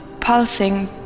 pulsing